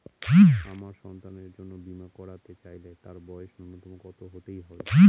আমার সন্তানের জন্য বীমা করাতে চাইলে তার বয়স ন্যুনতম কত হতেই হবে?